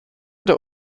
der